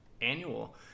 annual